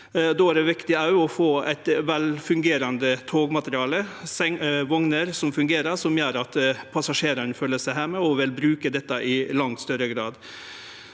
Då er det òg viktig å få eit velfungerande togmateriell og vogner som fungerer, noko som gjer at passasjerane føler seg heime og vil bruke tilbodet i langt større grad.